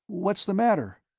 what's the matter?